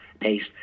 paste